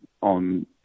on